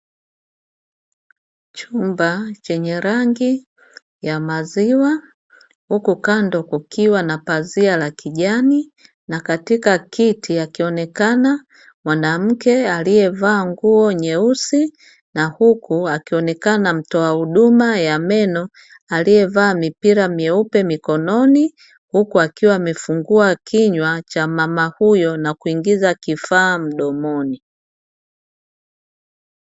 Chumba chenye rangi ya maziwa huku ndani kukiwa na pazia la kijani na katika kiti akionekana mwanamke aliyevaa nguo nyeusi, na huku akionekana mtoa huduma wa meno akiwa amevaa mipira mikononi, huku akiwa amefungua kinywa cha mama huyo na kuingiza kifaa mdomoni.